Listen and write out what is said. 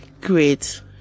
great